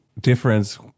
difference